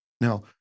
Now